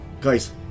guys